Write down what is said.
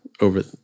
over